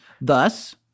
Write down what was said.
Thus